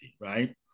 right